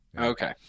Okay